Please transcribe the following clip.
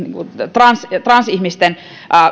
transihmisten transihmisten